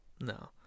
No